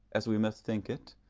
as we must think it,